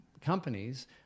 companies